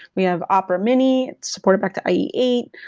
we have opera mini, it's supported back to i e eight.